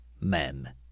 men